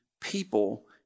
people